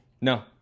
No